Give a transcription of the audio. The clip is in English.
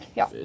ja